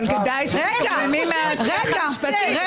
אבל כדאי --- מהשיח המשפטי --- רגע,